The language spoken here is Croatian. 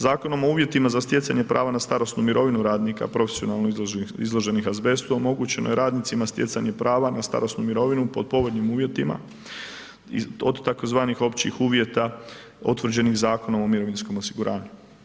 Zakonom o uvjetima za stjecanje prava na starosnu mirovinu radnika profesionalno izloženih azbestu omogućeno je radnicima stjecanje prava na starosnu mirovinu pod povoljnim uvjetima od tzv. općih uvjeta utvrđenih Zakonom o mirovinskom osiguranju.